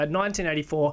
1984